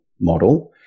model